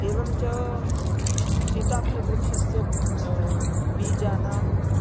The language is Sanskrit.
एवं च सीताफलवृक्षस्य बीजानाम्